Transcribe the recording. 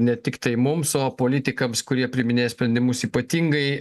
ne tiktai mums o politikams kurie priiminėja sprendimus ypatingai